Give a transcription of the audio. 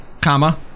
comma